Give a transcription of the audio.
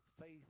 faith